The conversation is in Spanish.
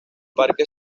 parque